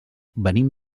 venim